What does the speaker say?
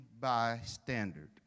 bystander